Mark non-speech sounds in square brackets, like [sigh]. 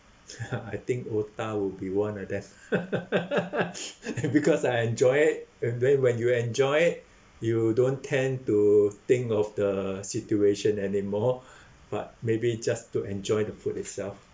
[laughs] I think otah would be one of them [laughs] [breath] because I enjoy it and then when you enjoy it you don't tend to think of the situation anymore [breath] but maybe just to enjoy the food itself